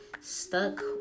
stuck